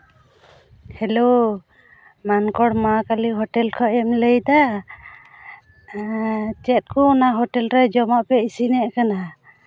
hello ᱢᱟᱱᱠᱚᱲ ᱢᱟ ᱠᱟᱞᱤ ᱦᱳᱴᱮᱞ ᱠᱷᱚᱱᱮᱢ ᱞᱟᱹᱭᱫᱟ ᱦᱮᱸ ᱪᱮᱫ ᱠᱚ ᱚᱱᱟ ᱦᱳᱴᱮᱞ ᱨᱮ ᱡᱚᱢᱟᱜ ᱯᱮ ᱤᱥᱤᱱᱮᱫ ᱠᱟᱱᱟ